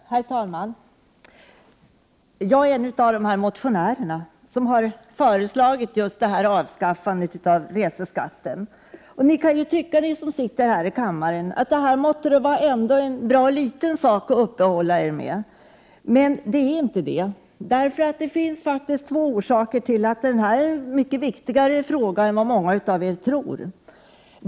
Herr talman! Jag är en av de motionärer som har föreslagit ett avskaffande av reseskatten. Ni som sitter här i kammaren kanske kan tycka att detta är en ganska liten fråga att uppehålla sig vid, men så är inte fallet. Det finns två orsaker till att detta är en mycket viktigare fråga än vad många tror.